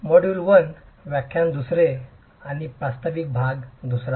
शुभ दुपार